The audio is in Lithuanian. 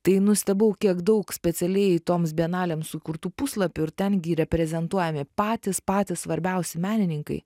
tai nustebau kiek daug specialiai toms bienalėm sukurtų puslapių ir ten gi reprezentuojami patys patys svarbiausi menininkai